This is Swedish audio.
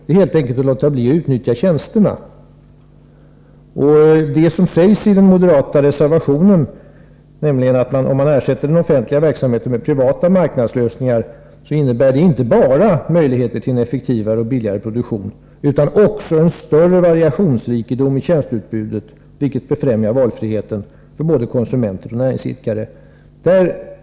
Det är helt enkelt att låta bli att utnyttja tjänsterna. I den moderata reservationen sägs det att om man ersätter den offentliga verksamheten med privata marknadslösningar, innebär det inte bara möjligheter till en effektivare och billigare produktion utan också en större variationsrikedom i tjänsteutbudet, vilket främjar valfriheten för både konsumenter och näringsidkare.